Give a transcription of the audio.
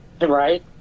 Right